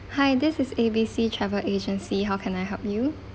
hi this is A B C travel agency how can I help you